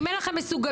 אם אין לכם מסוגלות,